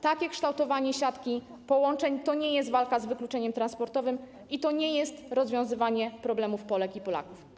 Takie kształtowanie siatki połączeń to nie jest walka z wykluczeniem transportowym i to nie jest rozwiązywanie problemów Polek i Polaków.